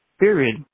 Period